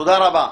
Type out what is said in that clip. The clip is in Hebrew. זו ההערה שלו.